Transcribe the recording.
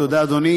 תודה, אדוני.